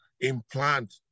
implant